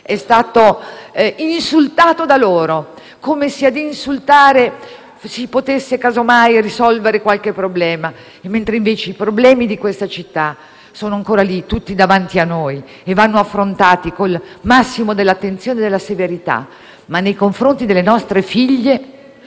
è stato insultato da loro, come se insultando si potesse mai risolvere qualche problema, mentre i problemi di questa città sono ancora tutti lì davanti a noi e devono essere affrontati con il massimo dell'attenzione e della severità. Ma nei confronti delle nostre figlie,